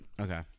Okay